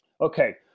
Okay